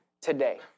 today